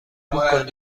اتو